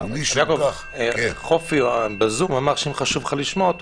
עקיבא חופי בזום אמר שאם חשוב לך לשמוע אותו,